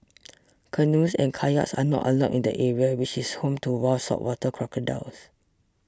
canoes and kayaks are not allowed in the area which is home to wild saltwater crocodiles